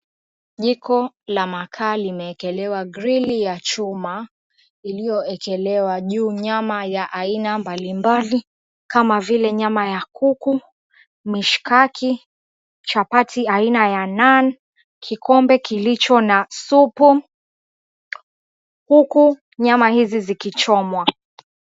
Jiko la makaa limeekelewa grilli ya chuma iliyoekelewa juu nyama ya aina mbalimbali kama vile nyama ya kuku, mishikaki, chapati aina ya nan, kikombe kilicho na supu, huku nyama hizi zikichomwa.